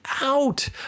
out